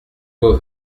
vos